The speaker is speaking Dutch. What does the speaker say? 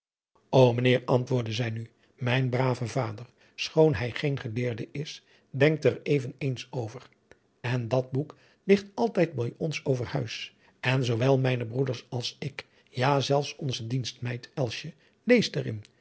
heer antwoordde zij nu mijn brave vader schoon hij geen geleerde is denkt er even eens over en dat boek ligt altijd bij ons over huis en zoowel mijne broeders als ik ja zelfs onze dienstmeid elsje leest er